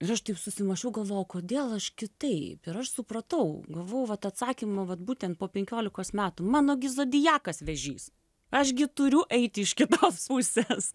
ir aš taip susimąsčiau galvojau kodėl aš kitaip ir aš supratau gavau vat atsakymą vat būtent po penkiolikos metų mano gi zodiakas vėžys aš gi turiu eiti iš kitos pusės